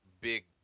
big